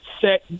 set